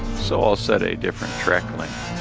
so i'll set a different track length